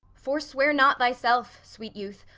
forswear not thyself, sweet youth,